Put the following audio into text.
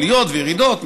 עליות וירידות,